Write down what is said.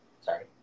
Sorry